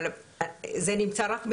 זה נמצא רק בנצרת.